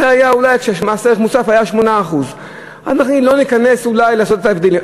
זה היה אולי כשמס ערך מוסף היה 8%. לא ניכנס אולי לראות את ההבדלים,